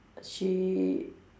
she